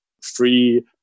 free